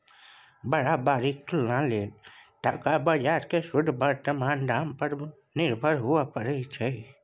बराबरीक तुलना लेल टका बजार केँ शुद्ध बर्तमान दाम पर निर्भर हुअए परै छै